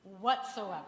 whatsoever